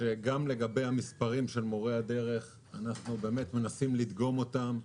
שגם לגבי המספרים של מורי הדרך אנחנו באמת מנסים לדגום אותם ולבדוק.